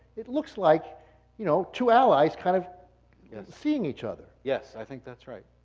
it looks like you know two allies kind of seeing each other. yes, i think that's right.